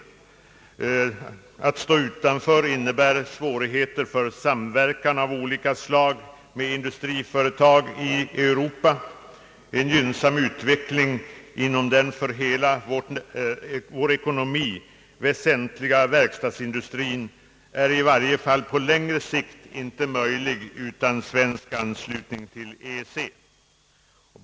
Att stå utanför innebär svårigheter för samverkan av olika slag med industriföretag i Europa. En gynnsam utveckling inom den för hela vår ekonomi väsentliga verkstadsindustrin är i varje fall på längre sikt inte möjlig utan svensk anslutning till EEC.